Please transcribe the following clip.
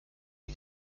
die